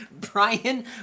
brian